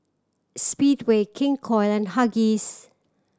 Speedway King Koil and Huggies